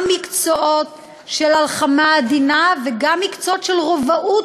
גם מקצועות של הלחמה עדינה וגם מקצועות של רובאות,